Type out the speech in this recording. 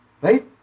Right